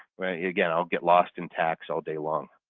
again i'll get lost in tax all day long.